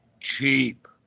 cheap